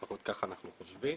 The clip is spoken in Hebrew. לפחות כך אנחנו חושבים.